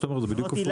בדיוק הפוך.